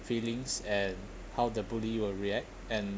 feelings and how the bully will react and